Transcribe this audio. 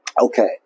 Okay